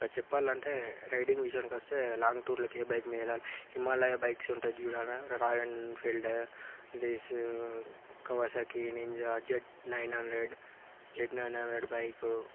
చెప్పాలంటే రైడింగ్ విషయానికి వస్తే లాంగ్ టూర్లకి బైక్ మీద హిమాలయ బైక్స్ ఉంటుంది చూడాడ Royal Enfield Kawasaki Ninja Z nine hundred Z nine hundred bike